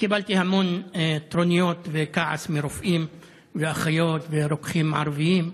קיבלתי המון טרוניות וכעס מרופאים ואחיות ורוקחים ערבים.